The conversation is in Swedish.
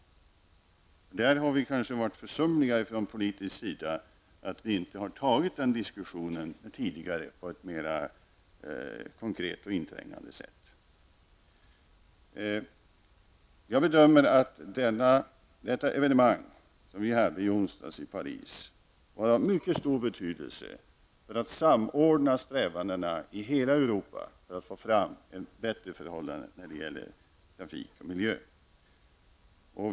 Där har vi kanske från politisk sida varit försumliga när vi inte tidigare har tagit den diskussionen på ett mer konkret och inträngande sätt. Jag bedömer att evenemanget i Paris i onsdags var av mycket stor betydelse för att samordna strävandena i hela Europa för att få fram bättre förhållanden när det gäller trafik och miljö.